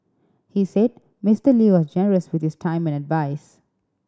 he said Mister Lee was generous with his time and advise